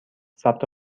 ثبت